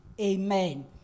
Amen